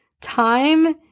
time